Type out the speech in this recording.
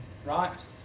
Right